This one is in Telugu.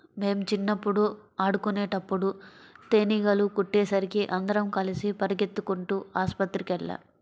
మేం చిన్నప్పుడు ఆడుకునేటప్పుడు తేనీగలు కుట్టేసరికి అందరం కలిసి పెరిగెత్తుకుంటూ ఆస్పత్రికెళ్ళాం